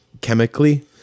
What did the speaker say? chemically